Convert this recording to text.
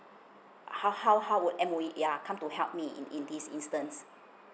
how how how would M_O_E yeah come to help me in in this instance